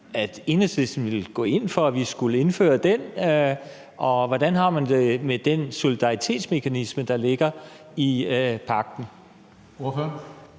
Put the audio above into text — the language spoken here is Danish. at Enhedslisten ville gå ind for, at vi skulle indføre den, og hvordan har man det med den solidaritetsmekanisme, der ligger i pagten? Kl.